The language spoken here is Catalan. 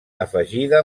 afegida